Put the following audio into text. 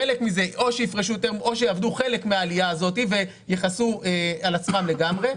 חלק מזה או שיעבדו חלק מהעלייה הזאת ויכסו את עצמן לגמרי,